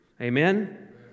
amen